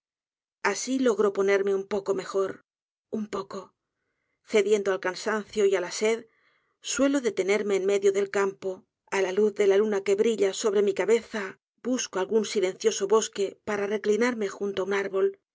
asi logro ponerme un poco mejor un poco cediendo al cansancio y á la sed suelo detenerme en medio del campo á la luz de la luna que brilla sobre mi cabeza busco algún silencioso bosque para reclinarme junto á un árbol